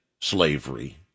slavery